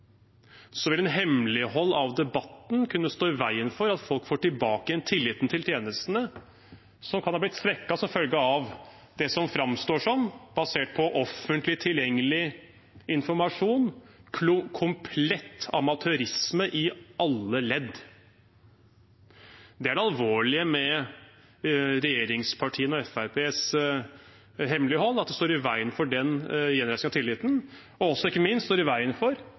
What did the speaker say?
vil et hemmelighold av debatten kunne stå i veien for at folk får tilbake tilliten til tjenestene, som kan ha blitt svekket som følge av det som framstår som, basert på offentlig tilgjengelig informasjon, komplett amatørisme i alle ledd. Det er det alvorlige med regjeringspartiene og Fremskrittspartiets hemmelighold – at det står i veien for den gjenreisingen av tilliten, og ikke minst står i veien for